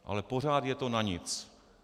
Ale pořád je to na nic.